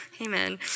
amen